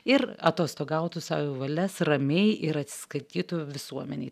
ir atostogautų sau į valias ramiai ir atsiskaitytų visuomenei